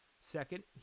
Second